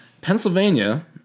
Pennsylvania